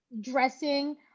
dressing